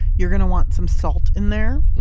you're going to want some salt in there,